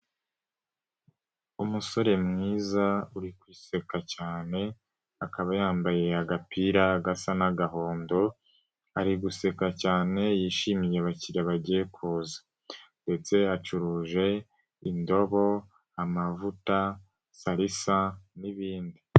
Umusore mwiza uri kwiseka cyane, akaba yambaye agapira gasa n'agahondo, ari guseka cyane yishimiye abakiriya bagiye kuza ndetse acuruje indobo, amavuta, salisa n'ibindi.